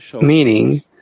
meaning